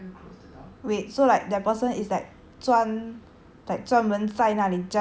专 like 专门在哪里 just to open and close the door for you like